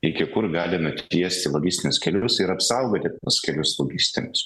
iki kur gali nutiesti logistinius kelius ir apsaugoti tuos kelius logistinius